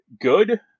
good